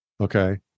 Okay